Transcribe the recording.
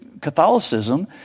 Catholicism